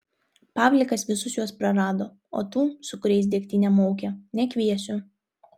pavlikas visus juos prarado o tų su kuriais degtinę maukė nekviesiu